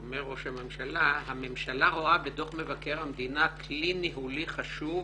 אומר ראש הממשלה: "הממשלה רואה בדוח מבקר המדינה כלי ניהולי חשוב